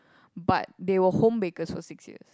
but they were home bakers for six years